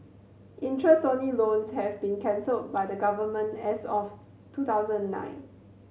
interest only loans have been cancelled by the Government as of two thousand nine